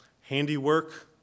handiwork